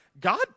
God